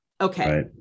Okay